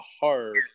hard